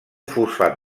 fosfat